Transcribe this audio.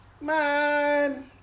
Man